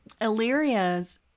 Illyria's